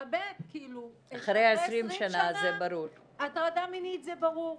באמת אחרי 20 שנה הטרדה מינית זה ברור.